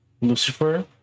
Lucifer